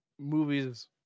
movies